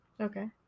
Okay